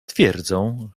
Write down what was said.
twierdzą